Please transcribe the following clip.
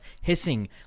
hissing